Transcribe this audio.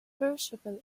perishable